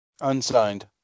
Unsigned